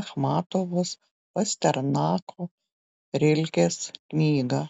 achmatovos pasternako rilkės knygą